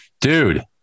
dude